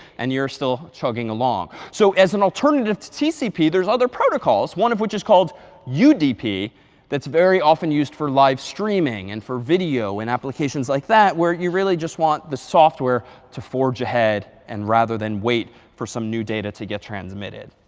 and you're still chugging along. so as an alternative to tcp, there's other protocols, one of which is called udp that's very often used for live streaming and for video and applications like that, where you really just want the software to forge ahead, and rather than wait for some new data to get transmitted.